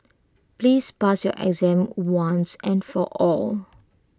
please pass your exam once and for all